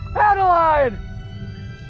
Adeline